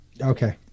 Okay